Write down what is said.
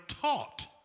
taught